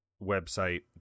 website